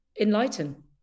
enlighten